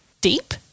deep